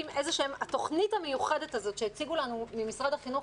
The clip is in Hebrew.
התוכנית המיוחדת הזאת שהציגו לנו ממשרד החינוך,